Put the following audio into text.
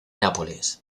nápoles